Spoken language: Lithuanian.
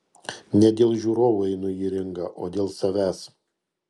ne dėl žiūrovų einu į ringą o dėl savęs